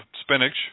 spinach